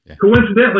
Coincidentally